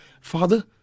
father